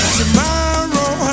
tomorrow